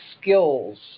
skills